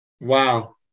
Wow